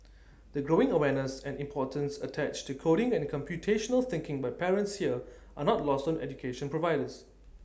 the growing awareness and importance attached to coding and computational thinking by parents here are not lost on education providers